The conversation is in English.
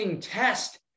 test